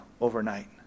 overnight